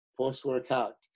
post-workout